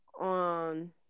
on